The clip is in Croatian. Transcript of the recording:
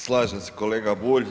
Slažem se kolega Bulj.